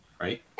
right